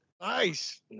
Nice